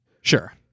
sure